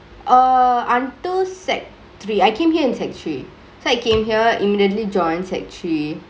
err until sec three I came here in sec three so I came here immediately joined sec three